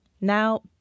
Now